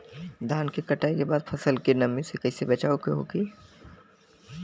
धान के कटाई के बाद फसल के नमी से कइसे बचाव होखि?